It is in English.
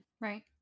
Right